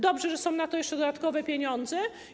Dobrze, że są na to jeszcze dodatkowe pieniądze.